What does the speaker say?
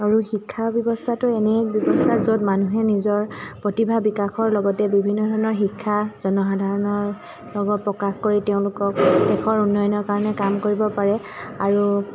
আৰু শিক্ষা ব্যৱস্থাটো এনে এক ব্যৱস্থা য'ত মানুহে নিজৰ প্ৰতিভা বিকাশৰ লগতে বিভিন্ন ধৰণৰ শিক্ষা জনসাধাৰণৰ লগত প্ৰকাশ কৰি তেওঁলোকক দেশৰ উন্নয়নৰ কাৰণে কাম কৰিব পাৰে আৰু